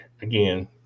again